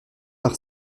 par